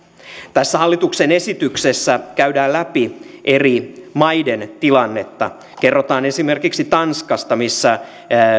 tässä hallituksen esityksessä käydään läpi eri maiden tilannetta kerrotaan esimerkiksi tanskasta missä